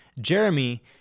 Jeremy